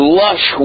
lush